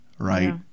Right